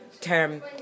term